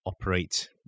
operate